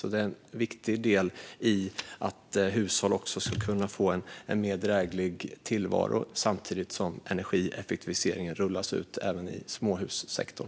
Detta är en viktig del i att hushåll ska kunna få en drägligare tillvaro samtidigt som energieffektiviseringen rullas ut även i småhussektorn.